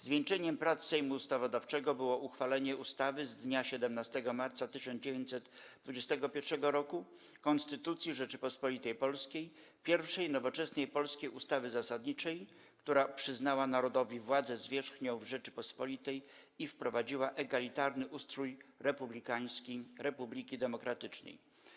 Zwieńczeniem prac Sejmu Ustawodawczego było uchwalenie Ustawy z dnia 17 marca 1921 r. - Konstytucji Rzeczypospolitej Polskiej - pierwszej nowoczesnej polskiej ustawy zasadniczej, która przyznała Narodowi władzę zwierzchnią w Rzeczypospolitej i wprowadziła egalitarny ustrój republiki demokratycznej.